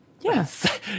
Yes